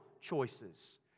choices